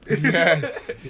Yes